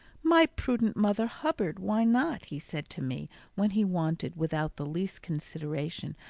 my prudent mother hubbard, why not? he said to me when he wanted, without the least consideration,